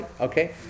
okay